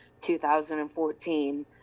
2014